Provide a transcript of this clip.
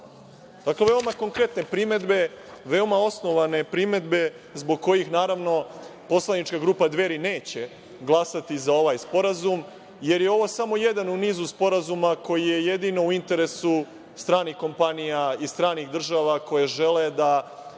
ove konkretne primedbe, osnovane primedbe zbog kojih, naravno, poslanička grupa Dveri neće glasati za ovaj sporazum, jer je ovo samo jedan u nizu sporazuma koji je jedino u interesu stranih kompanija i stranih država koje žele da